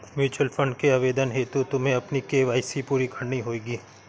mutual fund के आवेदन हेतु तुम्हें अपनी के.वाई.सी पूरी करनी होगी